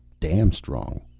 damn strong.